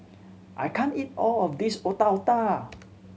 I can't eat all of this Otak Otak